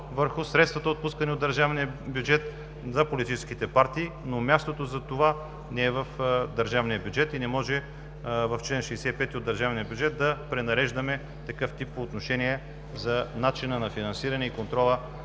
върху средствата, отпускани от държавния бюджет за политическите партии, но мястото за това не е в държавния бюджет и не можем в чл. 65 от Закона за държавния бюджет да пренареждаме такъв тип отношения за начина на финансиране и контрола